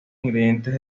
ingredientes